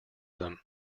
them